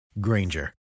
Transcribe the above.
Granger